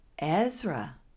Ezra